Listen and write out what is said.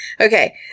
Okay